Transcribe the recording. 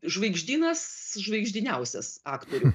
žvaigždynas žvaigždiniausias aktorių